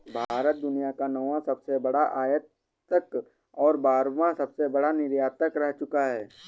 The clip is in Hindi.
भारत दुनिया का नौवां सबसे बड़ा आयातक और बारहवां सबसे बड़ा निर्यातक रह चूका है